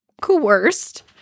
coerced